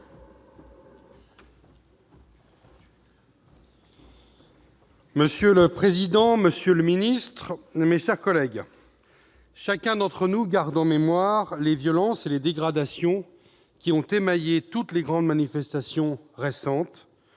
Monsieur le président, monsieur le secrétaire d'État, mes chers collègues, chacun d'entre nous garde en mémoire les violences et les dégradations qui ont émaillé toutes les grandes manifestations récentes,